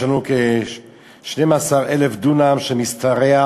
יש לנו כ-12,000 דונם שמשתרעים